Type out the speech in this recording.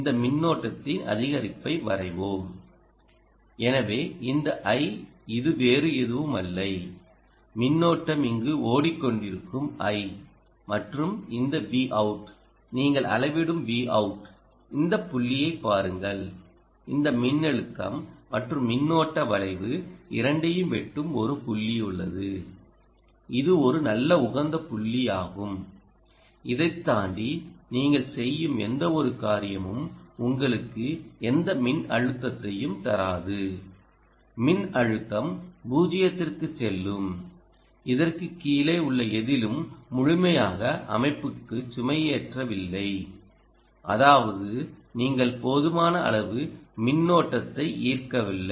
இந்த மின்னோட்டத்தின் அதிகரிப்பை வரைவோம் எனவே இந்த I இது வேறு எதுவும் இல்லை மின்னோட்டம் இங்கு ஓடிக்கொண்டிருக்கும் I மற்றும் இந்த VOUT நீங்கள் அளவிடும் VOUT இந்த புள்ளியைப் பாருங்கள் இந்த மின்னழுத்தம் மற்றும் மின்னோட்ட வளைவு இரண்டையும் வெட்டும் ஒரு புள்ளி உள்ளது இது ஒரு நல்ல உகந்த புள்ளியாகும் இதைத் தாண்டி நீங்கள் செய்யும் எந்தவொரு காரியமும் உங்களுக்கு எந்த மின்னழுத்தத்தையும் தராது மின்னழுத்தம் 0 க்குச் செல்லும் இதற்குக் கீழே உள்ள எதிலும் முழுமையாக அமைப்புக்குச் சுமை ஏற்றவில்லை அதாவது நீங்கள் போதுமான அளவு மின்னோட்டத்தை ஈர்க்கவில்லை